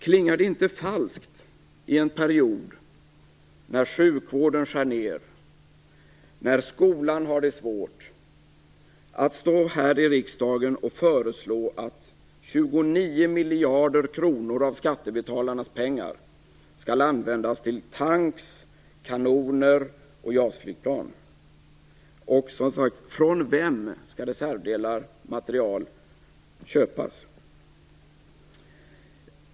Klingar det inte falskt i en period när sjukvården får skäras ned, när skolan har det svårt att här i riksdagen föreslå att 29 miljarder kronor av skattebetalarnas pengar skall används till tankrar, kanoner och JAS-flygplan? Från vem skall reservdelar och materiel köpas?